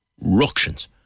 Ructions